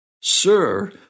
Sir